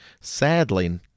Sadly